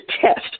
test